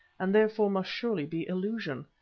and therefore must surely be illusion.